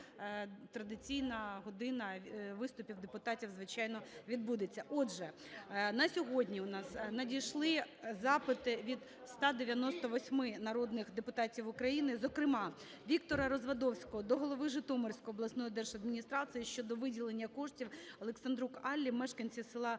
традиційна година виступів депутатів, звичайно, відбудеться. Отже, на сьогодні у нас надійшли запити від 198 народних депутатів України, зокрема: Віктора Развадовського до голови Житомирської обласної держадміністрації щодо виділення коштів Александрук Аллі мешканці села Печанівка